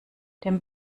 dem